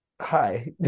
hi